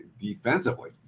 defensively